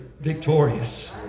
victorious